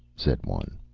said one.